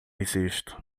existo